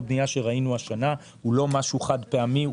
בנייה שראינו השנה הוא לא משהו חד-פעמי,